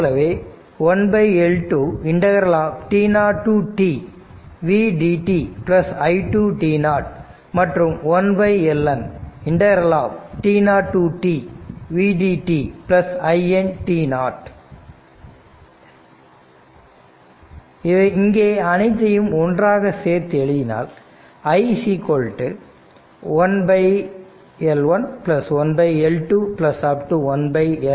இதுபோலவே 1L 2 t0 to t ∫v dt i 2 t மற்றும் 1L N t0 to t ∫v dt i N t இங்கே அனைத்தையும் ஒன்று சேர்த்து எழுதினால் i 1L1 1L2